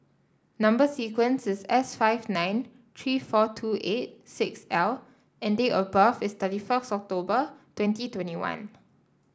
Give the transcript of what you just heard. number sequence is S five nine three four two eight six L and date of birth is thirty first October twenty twenty one